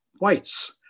whites